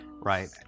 right